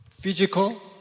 Physical